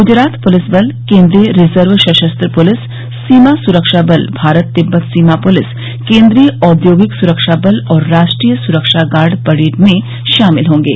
Gujarat police बल केन्द्रीय reserve सशस्त्र पुलिस सीमा सुरक्षा बल भारत तिब्बत सीमा पुलिस केन्द्रीय औद्योगिक सुरक्षा बल और राष्ट्रीय सुरक्षा गार्ड परेड में शामिल होंगे